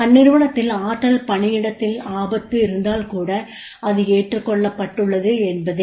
இந்நிறுவனத்தின் ஆற்றல் பணியிடத்தில் ஆபத்து இருந்தால் கூட அது ஏற்றுகொள்ளப்பட்டுள்ளது என்பதே